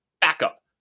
backup